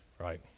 right